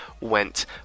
went